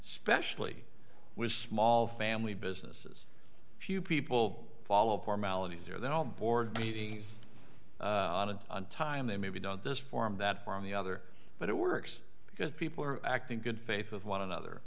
especially with small family businesses few people follow formalities or their own board meetings on an on time they maybe don't this form that far on the other but it works because people are acting good faith with one another